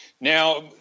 Now